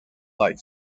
like